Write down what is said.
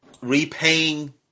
repaying